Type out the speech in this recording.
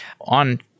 On